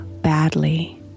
badly